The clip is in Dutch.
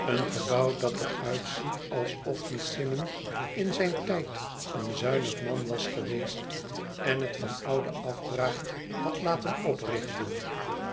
een gebouw dat er uitziet alsof die symond in zijn tjjd een zuinig man was geweest en het van oude afbraak had laten oprichten